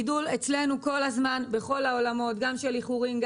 יש גידול בתלונות בכל העולמות - בנוגע לאיחורים,